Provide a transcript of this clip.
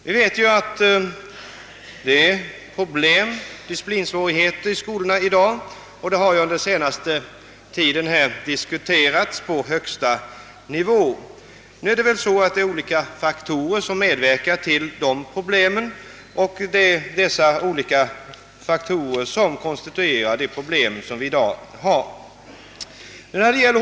Det finns ju många problem i skolorna i dag — disciplinsvårigheterna har under senaste tiden diskuterats på högsta nivå. Det är olika faktorer som medverkar till att skapa dessa problem, och en av dem är det område som vi här diskuterar.